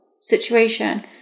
situation